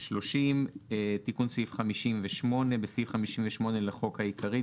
תיקון סעיף 58 30.בסעיף 58 לחוק העיקרי,